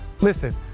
listen